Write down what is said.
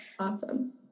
awesome